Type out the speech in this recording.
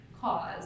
cause